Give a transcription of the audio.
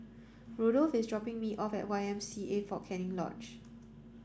Randolph is dropping me off at Y M C A Fort Canning Lodge